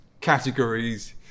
categories